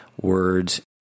words